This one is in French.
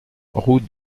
route